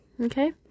Okay